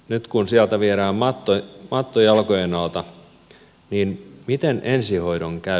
nyt kun sieltä viedään matto jalkojen alta miten ensihoidon käy